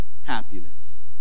happiness